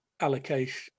allocation